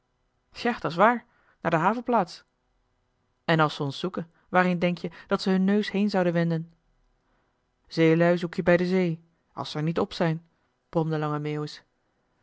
ja dat s waar naar de havenplaats en als ze ons zoeken waarheen denk-je dat ze hun neus heen zouden wenden zeelui zoek je bij de zee als ze er niet op zijn bromde lange meeuwis